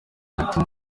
bituma